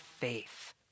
faith